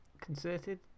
Concerted